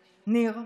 ניר,